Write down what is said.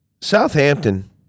Southampton